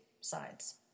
sides